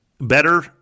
better